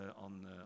on